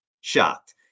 Shocked